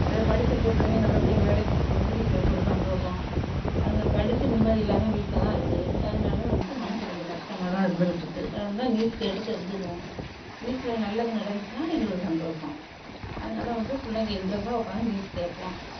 எதோ படிச்சிருக்க பிள்ளைங்க நல்லபடியாக வேலைக்கு போகணுன்னு எங்களுக்கு ஒரு சந்தோஷம் அதுங்க படித்து நிம்மதியில்லாமல் வீட்டில் தான் இருக்குது அதனால வந்து மனசு கொஞ்சம் கஷ்டமாக தான் இருந்துக்கிட்டுருக்கு அதுந்தான் நியூஸ் கேட்டு தெரிஞ்சிக்குவோம் நியூஸில் நல்லது நடந்துச்சின்னா எங்களுக்கு சந்தோஷம் அதனால் வந்து பிள்ளைங்க இன்ட்ரஸ்ஸாக உட்காந்து நியூஸ் கேட்போம்